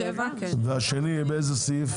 והשני באיזה סעיף?